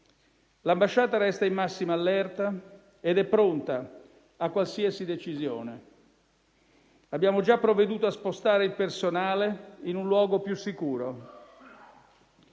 L'ambasciata resta in massima allerta ed è pronta a qualsiasi decisione. Abbiamo già provveduto a spostare il personale in un luogo più sicuro.